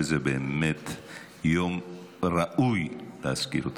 שזה באמת יום ראוי להזכיר אותם.